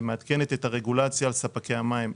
ומעדכנת את הרגולציה על ספקי המים.